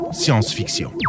science-fiction